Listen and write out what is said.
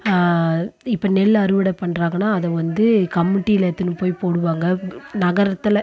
இப்போ நெல் அறுவடை பண்ணுறாங்கன்னா அதை வந்து கமிட்டில எடுத்துகினு போய் போடுவாங்க நகரத்தில்